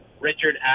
Richard